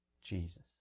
Jesus